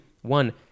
One